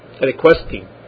requesting